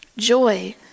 Joy